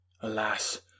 Alas